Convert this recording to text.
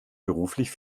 beruflich